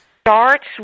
starts